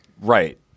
Right